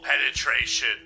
penetration